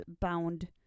bound